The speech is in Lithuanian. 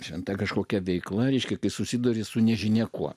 šventa kažkokia veikla ryški kai susiduri su nežinia kuo